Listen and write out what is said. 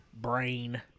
brain